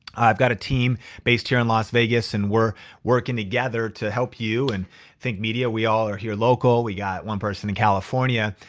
i've got a team based here in las vegas and we're working together to help you. and think media we all are here local. we got one person in california.